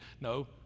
no